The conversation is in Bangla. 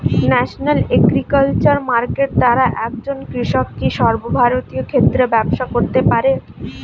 ন্যাশনাল এগ্রিকালচার মার্কেট দ্বারা একজন কৃষক কি সর্বভারতীয় ক্ষেত্রে ব্যবসা করতে পারে?